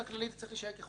זה צריך להישאר "ככל הניתן",